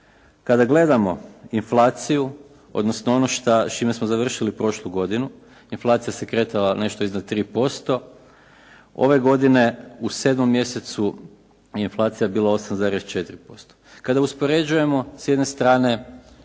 kada gledamo inflaciju, odnosno ono s čime smo završili prošlu godinu. Inflacija se kretala nešto iznad 3%. Ove godine u 7. mjesecu je inflacija bila 8,4%. Kada uspoređujemo s jedne strane